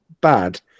bad